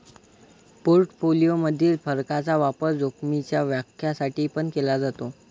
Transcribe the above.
portfolio मधील फरकाचा वापर जोखीमीच्या व्याख्या साठी पण केला जातो